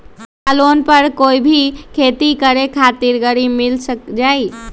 का लोन पर कोई भी खेती करें खातिर गरी मिल जाइ?